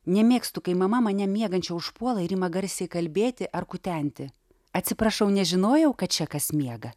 nemėgstu kai mama mane miegančią užpuola ir ima garsiai kalbėti ar kutenti atsiprašau nežinojau kad čia kas miega